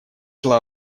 шла